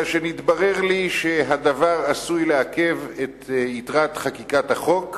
אלא שנתברר לי שהדבר עשוי לעכב את יתרת חקיקת החוק,